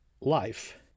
life